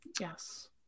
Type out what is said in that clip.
Yes